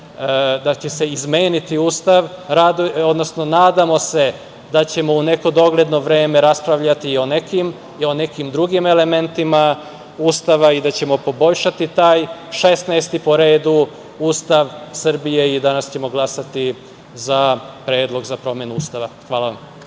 da će se izmeniti Ustav, odnosno nadamo se da ćemo u neko dogledno vreme raspravljati i o nekim drugim elementima Ustava i da ćemo poboljšati taj 16. po redu Ustav Srbije i danas ćemo glasati za predlog za promenu Ustava. Hvala vam.